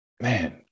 man